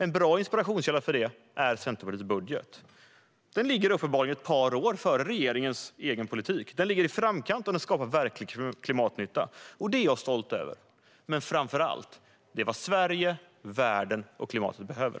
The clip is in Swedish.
En bra inspirationskälla är Centerpartiets budget. Den ligger uppenbarligen ett par år före regeringens egen politik. Den ligger i framkant, och den skapar verklig klimatnytta. Det är jag stolt över. Men det är framför allt vad Sverige, världen och klimatet behöver.